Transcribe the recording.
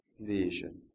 vision